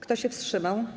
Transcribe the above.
Kto się wstrzymał?